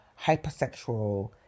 hypersexual